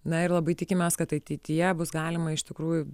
na ir labai tikimės kad ateityje bus galima iš tikrųjų